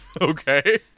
Okay